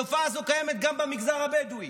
התופעה הזו קיימת גם במגזר הבדואי,